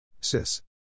Sis